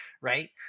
right